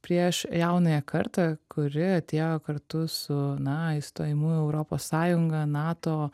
prieš jaunąją kartą kuri atėjo kartu su na įstojimu į europos sąjungą nato